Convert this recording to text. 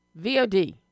VOD